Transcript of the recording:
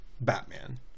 Batman